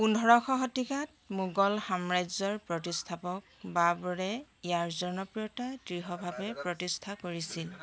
পোন্ধৰশ শতিকাত মোগল সাম্ৰাজ্যৰ প্ৰতিষ্ঠাপক বাবৰে ইয়াৰ জনপ্ৰিয়তা দৃঢ়ভাৱে প্ৰতিষ্ঠা কৰিছিল